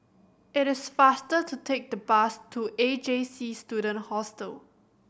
it is faster to take the bus to A J C Student Hostel